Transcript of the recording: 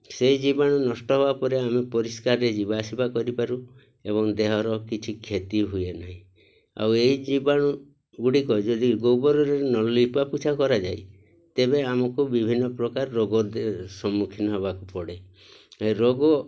ସେଇ ଜୀବାଣୁ ନଷ୍ଟ ହେବା ପରେ ଆମେ ପରିଷ୍କାରରେ ଯିବା ଆସିବା କରିପାରୁ ଏବଂ ଦେହର କିଛି କ୍ଷତି ହୁଏ ନାହିଁ ଆଉ ଏଇ ଜୀବାଣୁ ଗୁଡ଼ିକ ଯଦି ଗୋବରରେ ନ ଲିପା ପୁଛା କରାଯାଏ ତେବେ ଆମକୁ ବିଭିନ୍ନ ପ୍ରକାର ରୋଗ ସମ୍ମୁଖୀନ ହେବାକୁ ପଡ଼େ ରୋଗ